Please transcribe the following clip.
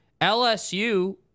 LSU